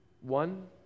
One